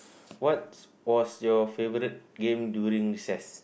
what's was your favourite game during recess